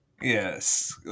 Yes